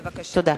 בבקשה.